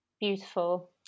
Beautiful